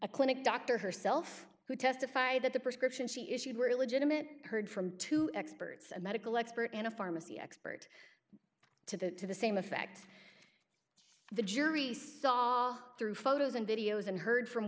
a clinic doctor herself who testified that the prescriptions she issued were legitimate heard from two experts a medical expert and a pharmacy expert to the same effect the jury saw through photos and videos and heard from